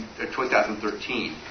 2013